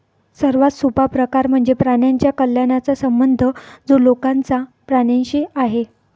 सर्वात सोपा प्रकार म्हणजे प्राण्यांच्या कल्याणाचा संबंध जो लोकांचा प्राण्यांशी आहे